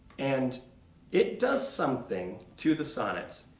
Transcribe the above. and it does something to the sonnets